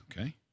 Okay